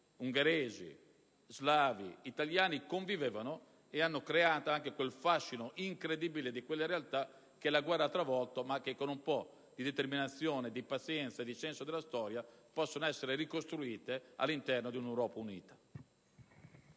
ungheresi, slavi e italiani hanno convissuto. Il fascino incredibile di quelle realtà, che la guerra ha travolto, con un po' di determinazione, pazienza e senso della storia può essere ricostruito all'interno di un'Europa unita.